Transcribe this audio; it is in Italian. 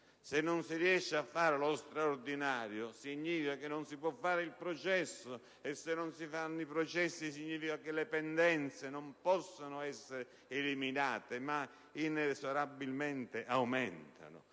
Se non si riesce a fare lo straordinario, significa che non si può fare il processo; se non si fanno i processi, le pendenze non possono essere eliminate e, anzi, inesorabilmente aumentano.